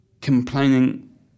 complaining